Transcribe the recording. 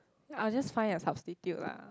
I'll just find a substitute lah